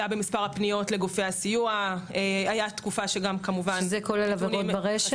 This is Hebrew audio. זה גם עלייה במספר הפניות לגופי הסיוע -- זה כולל עבירות ברשת?